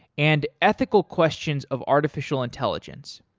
and ethical questions of artificial intelligence.